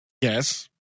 Yes